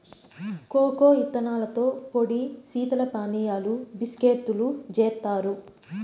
cocoa ఇత్తనాలతో పొడి శీతల పానీయాలు, బిస్కేత్తులు జేత్తారు